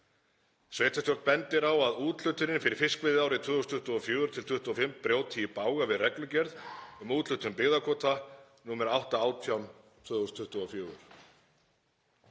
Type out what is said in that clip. Sveitarstjórn bendir á að úthlutunin fyrir fiskveiðiárið 2024–2025 brjóti í bága við reglugerð um úthlutun byggðakvóta nr. 818/2024.